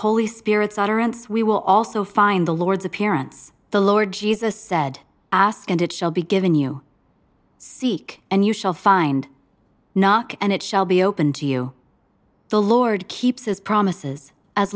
holy spirit's utterance we will also find the lord's appearance the lord jesus said ask and it shall be given you seek and you shall find knock and it shall be open to you the lord keeps his promises as